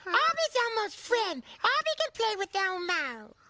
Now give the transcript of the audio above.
abby's elmo's friend. ah abby can play with elmo.